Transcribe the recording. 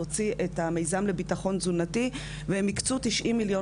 להוציא את המיזם לביטחון תזונתי והם היקצו 90 מיליון